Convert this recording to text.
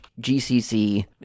gcc